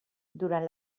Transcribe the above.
durant